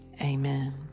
Amen